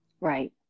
Right